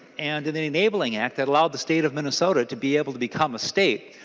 and in an enabling act allows the state of minnesota to be able to become a state.